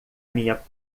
minha